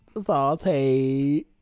saute